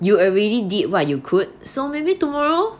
you really did what you could so maybe tomorrow